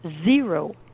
zero